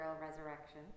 resurrection